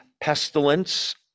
pestilence